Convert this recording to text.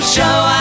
show